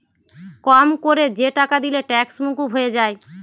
কম কোরে যে টাকা দিলে ট্যাক্স মুকুব হয়ে যায়